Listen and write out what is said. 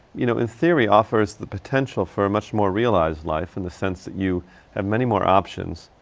you know in theory offers the potential for a much more realized life, in the sense that you have many more options.